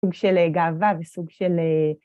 סוג של גאווה וסוג של...